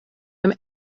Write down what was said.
him